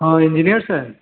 हॅं इंजीनीयर साहेब